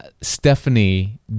Stephanie